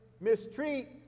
mistreat